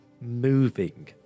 moving